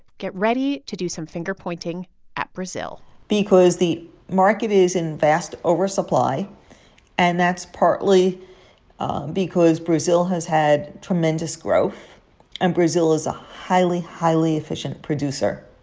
get ready to do some finger-pointing at brazil because the market is in vast oversupply and that's partly because brazil has had tremendous growth and brazil is a highly, highly efficient producer.